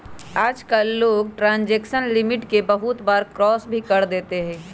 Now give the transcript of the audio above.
आजकल लोग transaction limit के बहुत बार क्रास भी कर देते हई